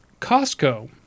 Costco